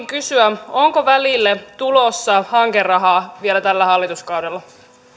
kysyä onko välille tulossa hankerahaa vielä tällä hallituskaudella